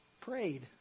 prayed